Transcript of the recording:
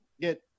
get